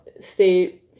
stay